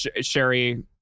Sherry